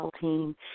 team